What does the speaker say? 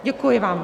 Děkuji vám.